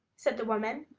said the woman.